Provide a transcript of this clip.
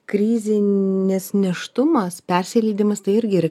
krizinis nėštumas persileidimas tai irgi ir